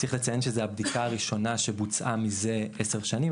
צריך לציין שזו הפגישה הראשונה שבוצעה מזה 10 שנים.